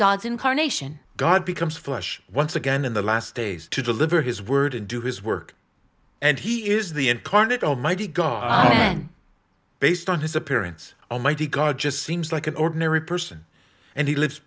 god's incarnation god becomes flesh once again in the last days to deliver his word and do his work and he is the incarnate almighty god based on his appearance almighty god just seems like an ordinary person and he lives